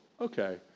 okay